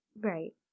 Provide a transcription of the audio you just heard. right